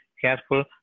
careful